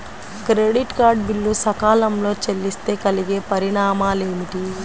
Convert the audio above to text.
Credit card bill సకాలంలో చెల్లిస్తే కలిగే పరిణామాలేమిటి?